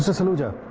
saluja,